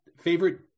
Favorite